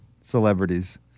celebrities